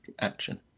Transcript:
action